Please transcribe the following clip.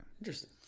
Interesting